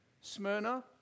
Smyrna